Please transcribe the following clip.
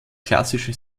klassische